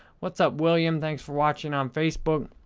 what's up, william? thanks for watching on facebook.